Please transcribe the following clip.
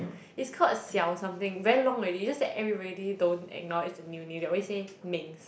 is called xiao something very long already is just that everybody don't acknowledge the new name they always say mengs